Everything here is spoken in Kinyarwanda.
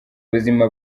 buzima